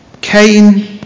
Cain